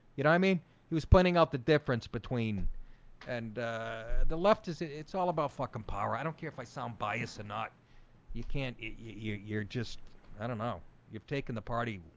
you know i mean he was pointing out the difference between and the left is it's all about fucking power. i don't care if i sound bias or not you can't you're you're just i don't know you've taken the party